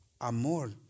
amor